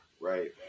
Right